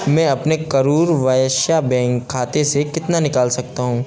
मैं अपने करूर वैश्य बैंक खाते से कितना निकाल सकता हूँ